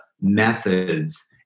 methods